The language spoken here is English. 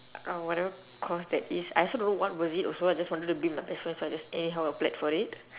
uh whatever course that is I also don't know what was it also ah just wanted to be with my best friend so I just anyhow apply for it